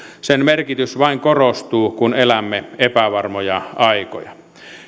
sen merkitys vain korostuu kun elämme epävarmoja aikoja